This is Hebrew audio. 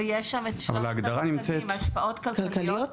ויש שם את שלושת המושגים: השפעות כלכליות,